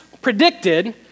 predicted